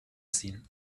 ziehen